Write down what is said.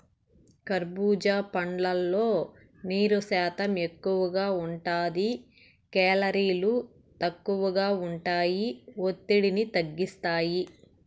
కర్భూజా పండ్లల్లో నీరు శాతం ఎక్కువగా ఉంటాది, కేలరీలు తక్కువగా ఉంటాయి, ఒత్తిడిని తగ్గిస్తాయి